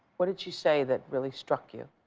what did she say that really struck you?